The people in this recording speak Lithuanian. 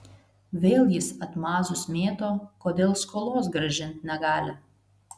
vėl jis atmazus mėto kodėl skolos grąžint negali